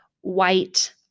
white